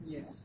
Yes